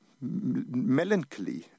melancholy